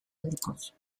aldikoz